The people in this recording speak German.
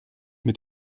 mit